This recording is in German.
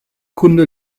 kunde